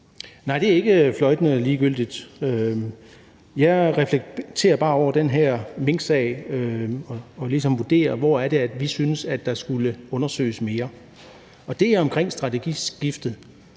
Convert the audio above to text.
Nej, det er ikke fløjtende ligegyldigt. Jeg reflekterer bare over den her minksag og ligesom vurderer, hvor det er, vi synes der skulle undersøges mere, og det er omkring strategiskiftet,